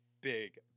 big